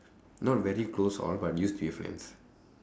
not very close all but used to be friends